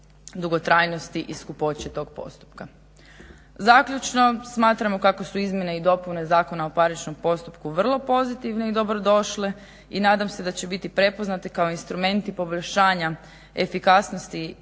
dugotrajnosti i skupoće tog postupka. Zaključno, smatramo kako su izmjene i dopune Zakona o parničnom postupku vrlo pozitivne i dobrodošle i nadam se da će biti prepoznate kao instrumenti poboljšanja efikasnosti